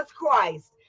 Christ